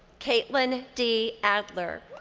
caitlin d. adler.